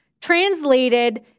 translated